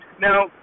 Now